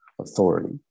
authority